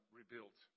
rebuilt